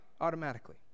automatically